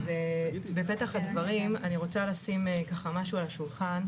בפתח הדברים אני רוצה לשים ככה משהו על השולחן,